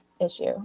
issue